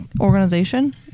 organization